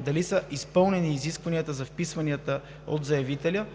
дали са изпълнени изискванията за вписване от заявителя.